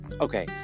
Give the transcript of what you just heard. Okay